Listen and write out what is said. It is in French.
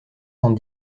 cent